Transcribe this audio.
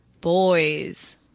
boys